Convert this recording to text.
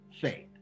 faith